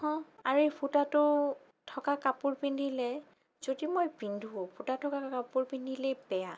আৰু এই ফুটাটো থকা কাপোৰ পিন্ধিলে যদি মই পিন্ধোঁ ফুটা থকা কাপোৰ পিন্ধিলে বেয়া